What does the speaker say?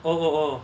oh oh oh